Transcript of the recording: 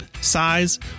size